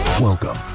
Welcome